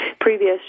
previous